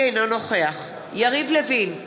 אינו נוכח יריב לוין,